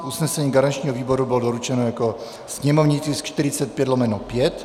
Usnesení garančního výboru bylo doručeno jako sněmovní tisk 45/5.